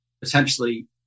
potentially